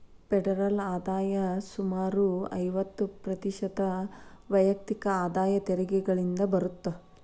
federal ಆದಾಯ ಸುಮಾರು ಐವತ್ತ ಪ್ರತಿಶತ ವೈಯಕ್ತಿಕ ಆದಾಯ ತೆರಿಗೆಗಳಿಂದ ಬರತ್ತ